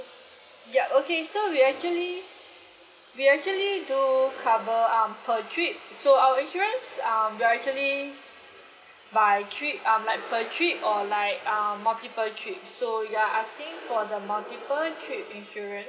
yup okay so we actually we actually do cover um per trip so our insurance um we are actually by trip um like per trip or like um multiple trip so you are asking for the multiple trip insurance